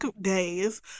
days